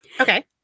Okay